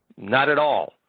not at all.